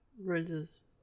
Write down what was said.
Rose's